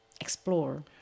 explore